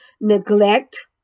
neglect